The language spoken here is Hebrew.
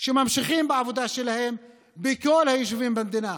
שממשיכים בעבודה שלהם בכל היישובים במדינה.